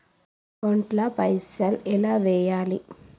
నా అకౌంట్ ల పైసల్ ఎలా వేయాలి?